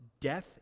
death